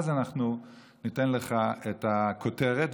אז אנחנו ניתן לך את הכותרת.